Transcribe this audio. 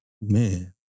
Man